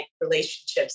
relationships